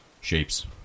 shapes